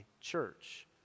church